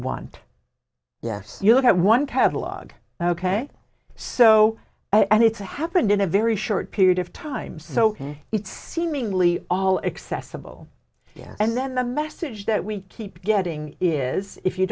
want yes you look at one catalogue ok so and it's happened in a very short period of time so it's seemingly all accessible yet and then the message that we keep getting is if you